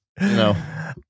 No